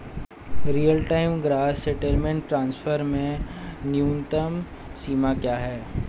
Real time gross settlement transfer में न्यूनतम सीमा क्या है?